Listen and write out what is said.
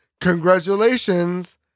congratulations